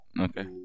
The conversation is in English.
Okay